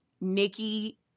Nikki